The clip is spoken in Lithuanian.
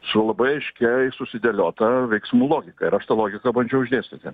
su labai aiškiai susidėliota veiksmų logika ir aš tą logiką bandžiau išdėstyti